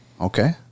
Okay